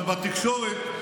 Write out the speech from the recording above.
אבל בתקשורת,